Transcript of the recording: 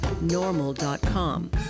normal.com